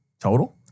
Total